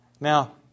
now